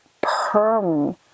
perm